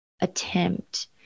attempt